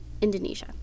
Indonesia